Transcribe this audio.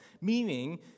Meaning